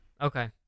Okay